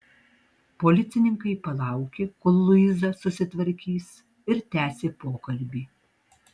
policininkai palaukė kol luiza susitvarkys ir tęsė pokalbį